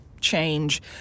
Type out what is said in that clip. change